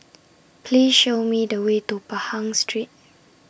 Please Show Me The Way to Pahang Street